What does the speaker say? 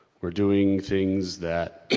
we're doing things that.